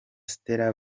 stella